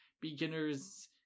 beginners